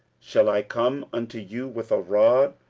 shall i come unto you with a rod,